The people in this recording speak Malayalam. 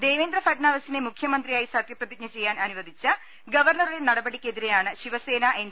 ദേവേന്ദ്ര ഫഡ്നാവിസിനെ മുഖ്യമന്ത്രിയായി സത്യപ്രതിജ്ഞ ചെയ്യാൻ അനുവദിച്ച ഗവർണറുടെ നടപടിക്കെതിരെയാണ് ശിവ സേന എൻ